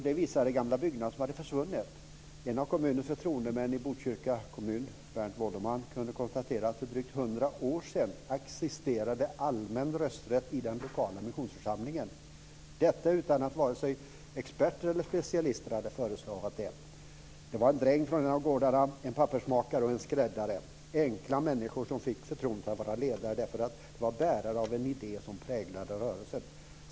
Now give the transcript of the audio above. Den visade gamla byggnader som har försvunnit. En av kommunens förtroendemän i Botkyrka kommun, Bernt Wåhleman, kunde konstatera att för drygt hundra år sedan existerade allmän rösträtt i den lokala missionsförsamlingen, detta utan att vare sig experter eller specialister hade förestavat det. Det var en dräng från en av gårdarna, en pappersmakare och en skräddare. Det var enkla människor som fick förtroendet att vara ledare därför att de var bärare av en idé som präglade rörelsen.